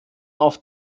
auf